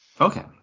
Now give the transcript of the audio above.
Okay